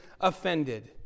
offended